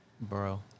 bro